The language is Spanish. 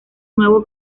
nuevo